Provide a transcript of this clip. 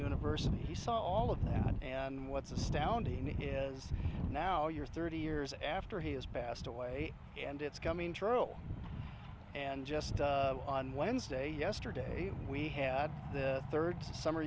saw all of that and what's astounding is now you're thirty years after he has passed away and it's coming through and just on wednesday yesterday we had the third summer